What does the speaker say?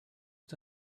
was